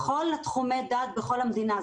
בכל תחומי הדעת, בכל המדינה.